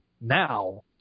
now